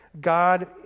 God